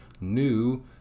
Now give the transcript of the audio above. new